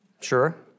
Sure